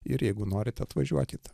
ir jeigu norite atvažiuokit